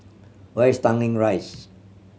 where is Tanglin Rise